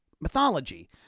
mythology